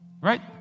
Right